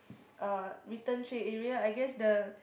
uh return tray area I guess the